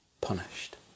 Punished